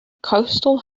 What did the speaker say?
coastal